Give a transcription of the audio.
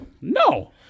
No